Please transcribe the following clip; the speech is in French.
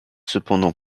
cependant